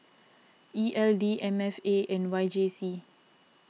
E L D M F A and Y J C